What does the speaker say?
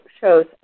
shows